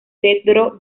cedro